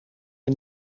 een